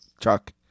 Chuck